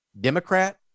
Democrat